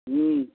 ह्म्म